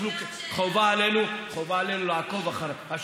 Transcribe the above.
חובה עלינו לעקוב אחרי זה.